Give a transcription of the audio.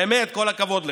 באמת כל הכבוד לך,